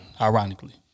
ironically